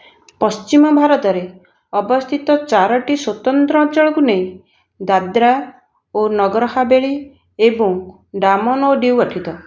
ପଶ୍ଚିମ ଭାରତରେ ଅବସ୍ଥିତ ଚାରୋଟି ସ୍ୱତନ୍ତ୍ର ଅଞ୍ଚଳକୁ ନେଇ ଦାଦ୍ରା ଓ ନଗର ହବେଳୀ ଏବଂ ଡ଼ାମନ୍ ଡ଼ିଓ ଗଠିତ